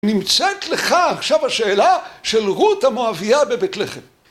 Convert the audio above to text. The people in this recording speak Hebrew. נמצאת לך עכשיו השאלה של רות המואבייה בבית לחם